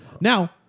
now